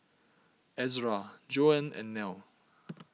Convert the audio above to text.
Ezra Joan and Nell